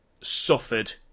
suffered